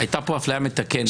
הייתה פה אפליה מתקנת.